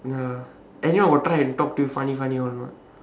ya anyway I will try and talk to you funny funny [one] lah